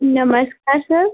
नमस्कार सर